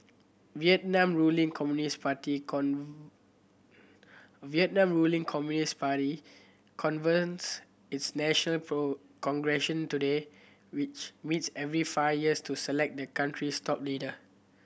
Vietnam ruling Communist Party Vietnam ruling Communist Party convenes its national today which meets every five years to select the country's top leader